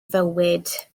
fywyd